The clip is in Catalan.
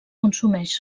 consumeix